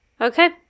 okay